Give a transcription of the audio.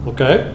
Okay